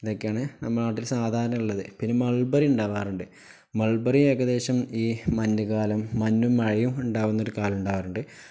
ഇതൊക്കെയാണ് നമ്മുടെ നാട്ടില് സാധാരണയുള്ളത് പിന്നെ മൾബറി ഉണ്ടാകാറുണ്ട് മൾബറി ഏകദേശം ഈ മഞ്ഞുകാലം മഞ്ഞും മഴയുമുണ്ടാകുന്നൊരു കാലത്തുണ്ടാകാറുണ്ട്